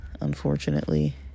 Unfortunately